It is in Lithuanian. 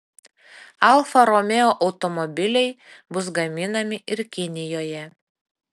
alfa romeo automobiliai bus gaminami ir kinijoje